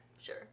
sure